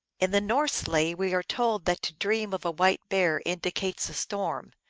in the norse lay we are told that to dream of a white bear indicates a storm,